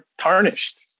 tarnished